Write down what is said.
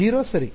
0 ಸರಿ